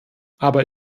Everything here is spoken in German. aber